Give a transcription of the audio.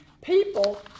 people